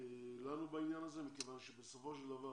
לנו בעניין הזה מכיוון שבסופו של דבר